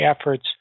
efforts